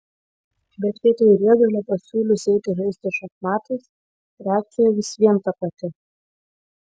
bet vietoj riedulio pasiūlius eiti žaisti šachmatais reakcija vis vien ta pati